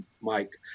Mike